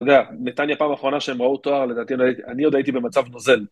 אתה יודע, נתניה, פעם אחרונה שהם ראו תואר, לדעתי, אני עוד הייתי במצב נוזל.